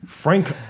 Frank